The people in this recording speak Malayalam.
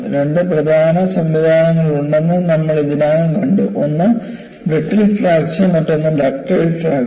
രണ്ട് പ്രധാന ഫ്രാക്ചർ സംവിധാനങ്ങളുണ്ടെന്ന് നമ്മൾ ഇതിനകം കണ്ടു ഒന്ന് ബ്രിട്ടിൽ ഫ്രാക്ചർ മറ്റൊന്ന് ഡക്റ്റൈൽ ഫ്രാക്ചർ